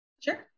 Sure